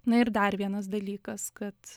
na ir dar vienas dalykas kad